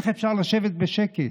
איך אפשר לשבת בשקט?